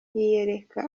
yiyereka